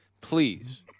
please